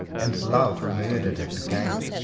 and love murdered at the gate.